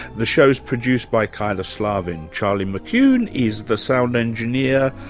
the show is produced by kyla slaven, charlie mccune is the sound engineer,